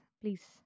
please